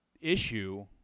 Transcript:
issue